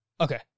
Okay